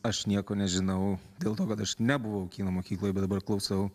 aš nieko nežinau dėl to kad aš nebuvau kino mokykloj bet dabar klausau